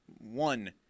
one